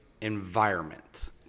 environment